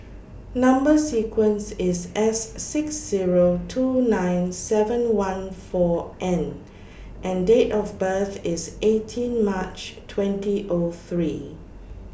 Number sequence IS S six Zero two nine seven one four N and Date of birth IS eighteen March twenty O three